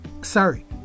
Sorry